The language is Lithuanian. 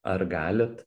ar galit